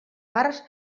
parts